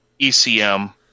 ECM